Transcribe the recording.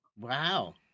Wow